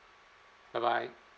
bye bye